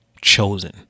chosen